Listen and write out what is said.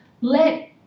Let